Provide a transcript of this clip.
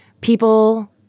people